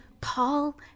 Paul